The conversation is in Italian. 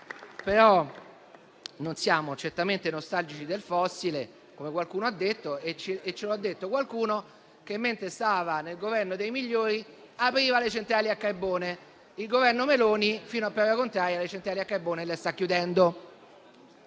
non siamo certamente nostalgici del fossile, come ha detto qualcuno che, mentre stava nel Governo dei migliori, apriva le centrali a carbone, mentre il Governo Meloni, fino a prova contraria, le centrali a carbone le sta chiudendo.